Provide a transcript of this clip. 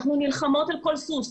אנחנו נלחמות על כל סוס.